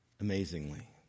amazingly